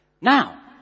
Now